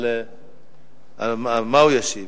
אבל על מה הוא ישיב?